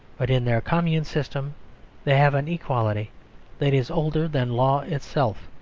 but in their commune system they have an equality that is older than law itself.